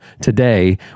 today